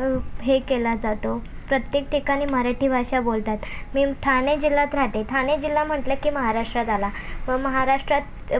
उप हे केला जातो प्रत्येक ठिकाणी मराठी भाषा बोलतात मी ठाणे जिल्ह्यात राहते ठाणे जिल्हा म्हटलं की महाराष्ट्रात आला महाराष्ट्रात